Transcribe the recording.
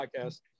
Podcast